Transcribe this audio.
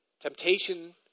Temptation